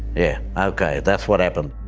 yeah, okay, that's what happened.